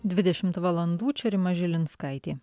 dvidešimt valandų čia rima žilinskaitė